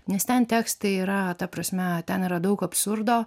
nes ten tekstai yra ta prasme ten yra daug absurdo